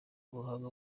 ubuhanga